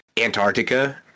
Antarctica